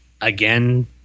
again